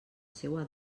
seua